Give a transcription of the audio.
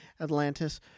atlantis